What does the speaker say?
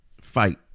fight